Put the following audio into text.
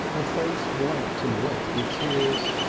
her face white and wet with tears.